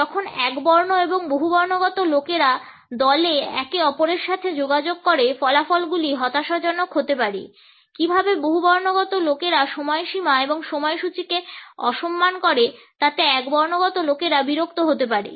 যখন একবর্ণ এবং বহুবর্ণগত লোকেরা দলে একে অপরের সাথে যোগাযোগ করে ফলাফলগুলি হতাশাজনক হতে পারে কীভাবে বহুবর্ণগত লোকেরা সময়সীমা এবং সময়সূচীকে অসম্মান করে তাতে একবর্ণগত লোকেরা বিরক্ত হতে পারে